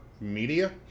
media